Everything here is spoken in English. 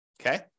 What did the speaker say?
Okay